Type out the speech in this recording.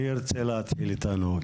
מי ירצה להתחיל איתנו?